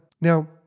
Now